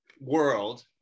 world